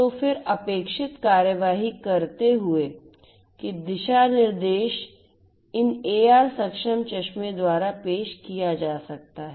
तो फिर अपेक्षित कार्रवाई करते हुए कि दिशा निर्देश इन एआर सक्षम चश्मे द्वारा पेश किया जा सकता है